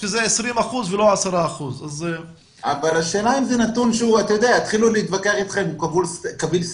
שזה 20% ולא 10%. יתחילו להתווכח אתכם אם הנתון קביל סטטיסטית.